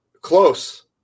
close